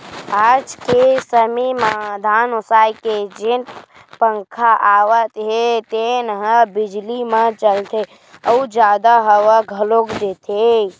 आज के समे म धान ओसाए के जेन पंखा आवत हे तेन ह बिजली म चलथे अउ जादा हवा घलोक देथे